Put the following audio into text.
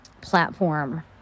platform